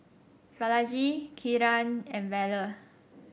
Balaji Kiran and Bellur